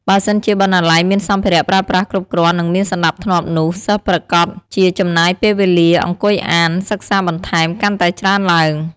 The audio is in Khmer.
បើសិនជាបណ្ណាល័យ មានសម្ភារៈប្រើប្រាស់គ្រប់គ្រាន់និងមានសណ្តាប់ធ្នាប់នោះសិស្សប្រាកដជាចំណាយពេលវេលាអង្គុយអាន សិក្សាបន្ថែមកាន់តែច្រើនទ្បើង។